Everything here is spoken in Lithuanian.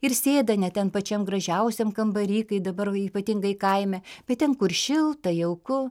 ir sėda ne ten pačiam gražiausiam kambary kai dabar ypatingai kaime bet ten kur šilta jauku